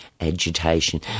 agitation